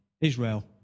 Israel